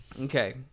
Okay